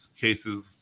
cases